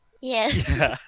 Yes